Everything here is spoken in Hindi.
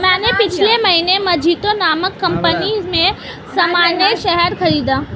मैंने पिछले महीने मजीतो नामक कंपनी में सामान्य शेयर खरीदा